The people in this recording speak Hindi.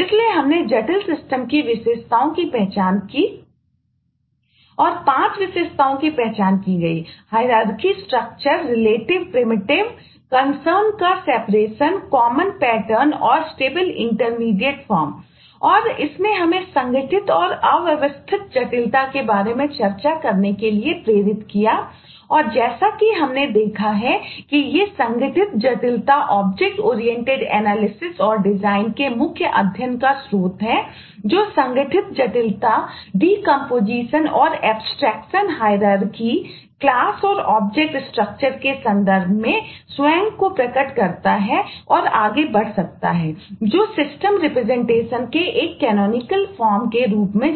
इसलिए हमने जटिल सिस्टम के रूप में